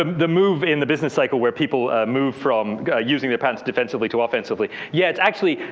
um the move in the business cycle where people move from using their patents defensively to offensively. yet actually,